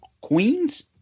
Queens